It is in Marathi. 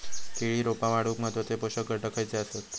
केळी रोपा वाढूक महत्वाचे पोषक घटक खयचे आसत?